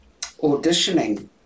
auditioning